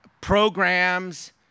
programs